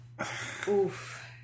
Oof